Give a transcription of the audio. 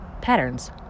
patterns